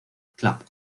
club